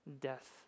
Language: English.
death